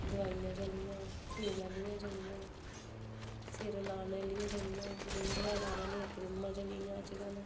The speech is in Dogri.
दोआइयां चली दियां सिर लाने आह्ली चली दियां मूहैं लाने आह्ली क्रीमां चली दियां